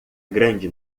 grande